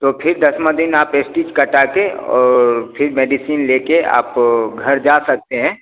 तो फिर दसवाँ दिन आप स्टिच कटाकर और फिर मेडिसिन लेकर आप घर जा सकते हैं